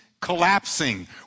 collapsing